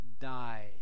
die